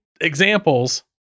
examples